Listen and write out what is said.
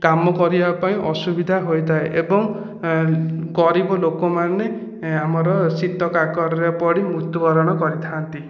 କାମ କରିବାପାଇଁ ଅସୁବିଧା ହୋଇଥାଏ ଏବଂ ଗରିବ ଲୋକମାନେ ଆମର ଶୀତ କାକରରେ ପଡ଼ି ମୃତ୍ୟୁବରଣ କରିଥାନ୍ତି